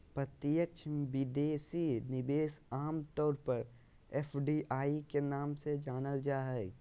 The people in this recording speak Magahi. प्रत्यक्ष विदेशी निवेश आम तौर पर एफ.डी.आई के नाम से जानल जा हय